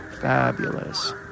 fabulous